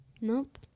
Nope